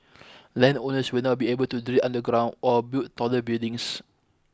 land owners will now be able to drill underground or build taller buildings